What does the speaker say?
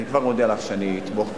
אני כבר מודיע לך שאני אתמוך בזה.